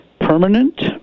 permanent